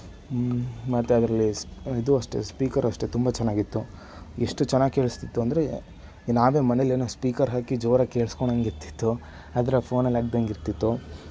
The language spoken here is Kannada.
ಮತ್ತೆ ಅದರಲ್ಲಿ ಇದೂ ಅಷ್ಟೆ ಸ್ಪೀಕರೂ ಅಷ್ಟೆ ತುಂಬ ಚೆನ್ನಾಗಿತ್ತು ಎಷ್ಟು ಚೆನ್ನಾಗಿ ಕೇಳಿಸ್ತಿತ್ತು ಅಂದರೆ ನಾವೇ ಮನೆಯಲ್ಲೇನೋ ಸ್ಪೀಕರ್ ಹಾಕಿ ಜೋರಾಗಿ ಕೇಳಿಸ್ಕೊಂಡಂಗೆ ಇರ್ತಿತ್ತು ಅದರ ಫ಼ೋನಲ್ಲಿ ಹಾಕ್ದಂಗೆ ಇರ್ತಿತ್ತು